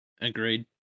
agreed